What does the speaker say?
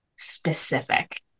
specific